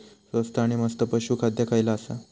स्वस्त आणि मस्त पशू खाद्य खयला आसा?